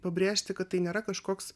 pabrėžti kad tai nėra kažkoks